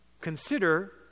Consider